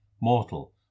Mortal